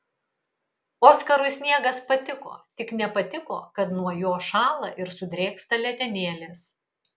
oskarui sniegas patiko tik nepatiko kad nuo jo šąla ir sudrėksta letenėlės